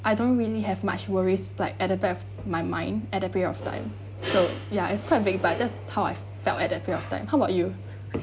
I don't really have much worries like at above my mind at that period of time so yah it's quite big but that's how I felt at that point of time how about you